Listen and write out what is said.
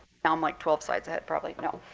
now i'm like twelve slides ahead probably. no.